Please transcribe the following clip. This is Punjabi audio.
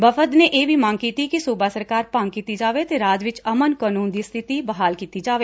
ਵਫਦ ਨੇ ਇਹ ਵੀ ਮੰਗ ਕੀਤੀ ਕਿ ਸੂਬਾ ਸਰਕਾਰ ਭੰਗ ਕੀਤੀ ਜਾਵੇ ਅਤੇ ਰਾਜ ਵਿਚ ਅਮਨ ਕਾਨੁੰਨ ਦੀ ਸਬਿਤੀ ਬਹਾਲ ਕੀਤੀ ਜਾਵੇ